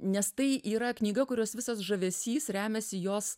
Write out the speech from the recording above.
nes tai yra knyga kurios visas žavesys remiasi jos